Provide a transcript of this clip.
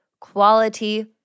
quality